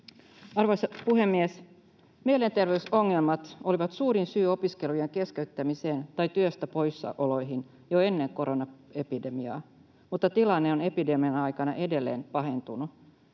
Arvoisa puhemies! Mielenterveysongelmat olivat suurin syy opiskelujen keskeyttämiseen tai työstä poissaoloihin jo ennen koronaepidemiaa, mutta tilanne on epidemian aikana edelleen pahentunut.